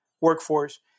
workforce